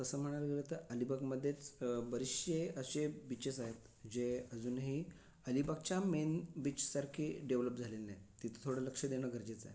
तसं म्हणायला गेलं तर अलिबागमधेच बरेचसे असे बीचेस आहेत जे अजूनही अलिबागच्या मेन बीच सारखे डेव्हलप झालेले नाही आहेत तिथं थोडं लक्ष देणं गरजेचं आहे